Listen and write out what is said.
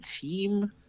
team